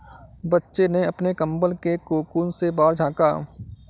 बच्चे ने अपने कंबल के कोकून से बाहर झाँका